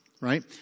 right